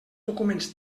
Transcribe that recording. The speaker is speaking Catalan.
documents